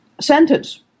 Sentence